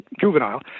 juvenile